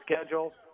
schedule